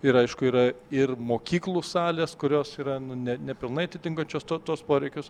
ir aišku yra ir mokyklų salės kurios yra nu ne nepilnai atitinkančios tuos poreikius